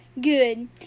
Good